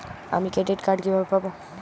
আমি credit card কিভাবে পাবো?